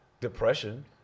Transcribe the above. Depression